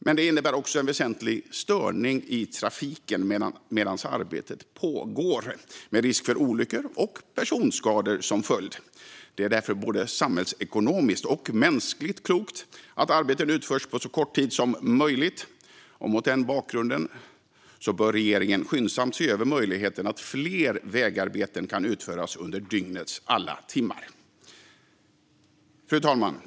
Men de innebär också en väsentlig störning i trafiken medan arbetet pågår, med risk för olyckor och personskador som följd. Det är därför både samhällsekonomiskt och mänskligt klokt att arbetet utförs på så kort tid som möjligt. Mot den bakgrunden bör regeringen skyndsamt se över möjligheten att tillåta att fler vägarbeten utförs under dygnets alla timmar. Fru talman!